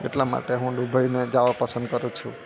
એટલા માટે હું દુબઈને જવા પસંદ કરું છું